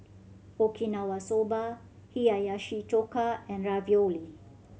Okinawa Soba Hiyashi Chuka and Ravioli